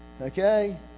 Okay